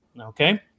Okay